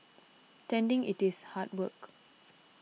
tending it is hard work